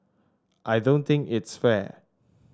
I don't think it's fair